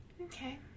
okay